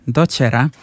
dociera